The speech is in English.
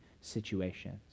situations